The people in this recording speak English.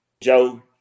Joe